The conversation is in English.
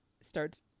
starts